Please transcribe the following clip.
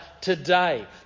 today